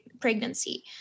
pregnancy